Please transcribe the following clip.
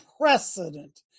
precedent